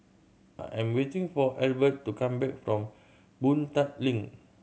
I am waiting for Adelbert to come back from Boon Tat Link